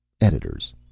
Editors